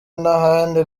n’ahandi